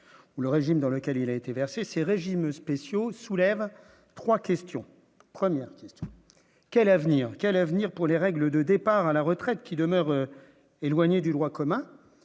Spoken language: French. ou le régime dans lequel il a été versé ces régimes spéciaux soulève 3 questions premières quel avenir, quel avenir pour les règles de départ à la retraite qui demeurent éloignées du droit commun,